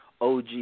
OG